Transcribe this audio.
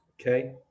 okay